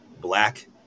black